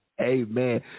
amen